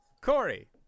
Corey